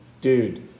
Dude